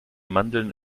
mandeln